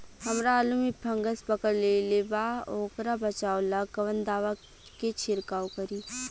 हमरा आलू में फंगस पकड़ लेले बा वोकरा बचाव ला कवन दावा के छिरकाव करी?